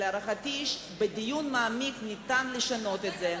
להערכתי, בדיון מעמיק אפשר לשנות את זה.